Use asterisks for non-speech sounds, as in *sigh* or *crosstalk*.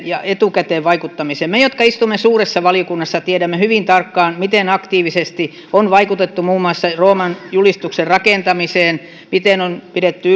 *unintelligible* ja etukäteen vaikuttamisesta me jotka istumme suuressa valiokunnassa tiedämme hyvin tarkkaan miten aktiivisesti on vaikutettu muun muassa rooman julistuksen rakentamiseen miten on pidetty *unintelligible*